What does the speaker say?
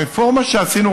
הרפורמה שעשינו,